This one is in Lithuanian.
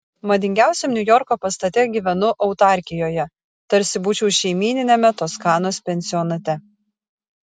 madingiausiam niujorko pastate gyvenu autarkijoje tarsi būčiau šeimyniniame toskanos pensionate